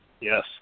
Yes